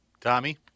Tommy